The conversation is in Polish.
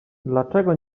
dlaczego